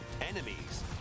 enemies